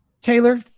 Taylor